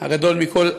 הגדול מכול,